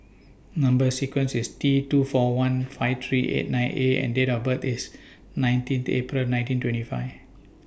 Number sequence IS T two four one five three eight nine A and Date of birth IS nineteen The April nineteen twenty five